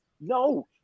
No